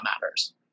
matters